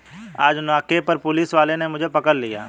आज नाके पर पुलिस वाले ने मुझे पकड़ लिया